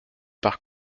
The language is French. par